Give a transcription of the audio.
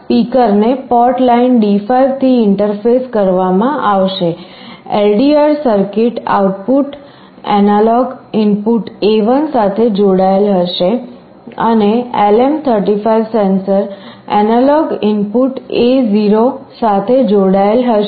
સ્પીકરને port line D5 થી interface કરવામાં આવશે LDR circuit output analogue input A1 સાથે જોડાયેલ હશે અને LM35 sensor analogue input A0 સાથે જોડાયેલ હશે